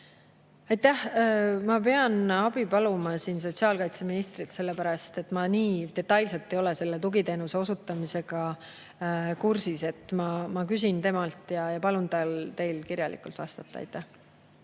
Ma pean abi paluma sotsiaalkaitseministrilt, sellepärast et ma nii detailselt ei ole tugiteenuse osutamisega kursis. Ma küsin temalt ja palun tal teile kirjalikult vastata.